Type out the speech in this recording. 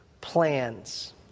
plans